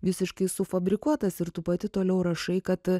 visiškai sufabrikuotas ir tu pati toliau rašai kad